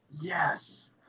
yes